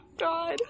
God